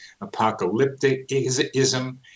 apocalypticism